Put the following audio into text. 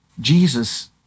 Jesus